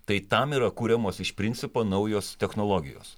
tai tam yra kuriamos iš principo naujos technologijos